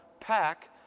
pack